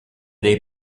dei